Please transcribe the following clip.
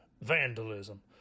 Vandalism